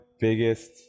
biggest